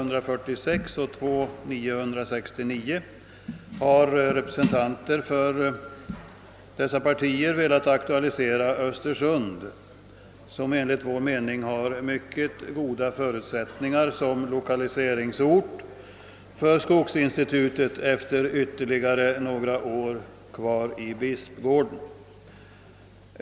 969 har vi motionärer aktualiserat Östersund, som enligt vår mening har mycket goda förutsättningar som lokaliseringsort för det norra skogsinstitutet.